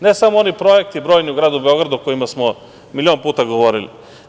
Ne samo oni brojni projekti u gradu Beogradu o kojima smo milion puta govorili.